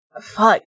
fuck